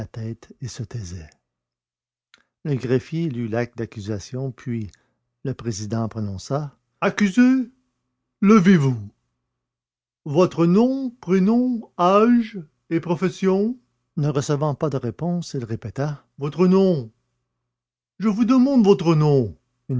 tête et se taisait le greffier lut l'acte d'accusation puis le président prononça accusé levez-vous votre nom prénom âge et profession ne recevant pas de réponse il répéta votre nom je vous demande votre nom